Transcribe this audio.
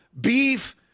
beef